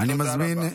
תודה רבה.